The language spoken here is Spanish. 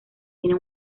tiene